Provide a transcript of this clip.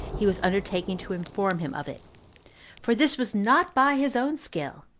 he was undertaking to inform him of it for this was not by his own skill,